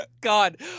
God